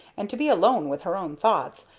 and to be alone with her own thoughts,